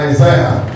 Isaiah